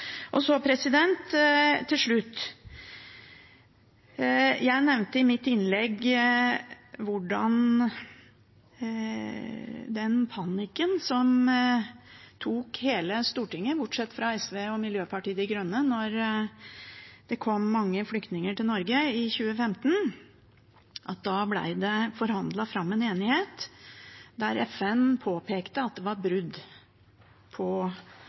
Til slutt: Jeg nevnte i mitt innlegg den panikken som tok hele Stortinget – bortsett fra SV og Miljøpartiet De Grønne – da det kom mange flyktninger til Norge i 2015. Da ble det forhandlet fram en enighet, og FN påpekte at der var det brudd på